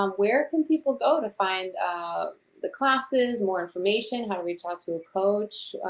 um where can people go to find the classes, more information, how we talk to a coach?